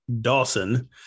Dawson